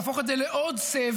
להפוך את זה לעוד סבב,